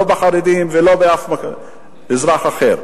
לא בחרדים ולא באף אזרח אחר,